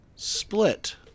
Split